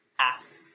ask